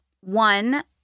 One